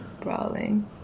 Brawling